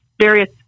various